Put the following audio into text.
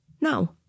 No